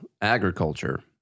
agriculture